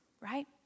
right